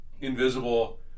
invisible